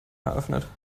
eröffnet